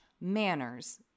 manners